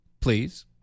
please